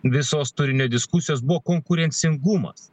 visos turinio diskusijos buvo konkurencingumas